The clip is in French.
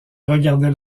regardait